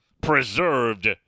preserved